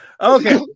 Okay